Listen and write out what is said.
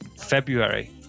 February